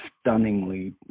stunningly